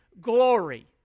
glory